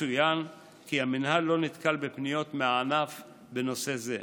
יצוין כי המינהל לא נתקל בפניות מהענף בנושא זה.